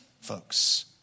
folks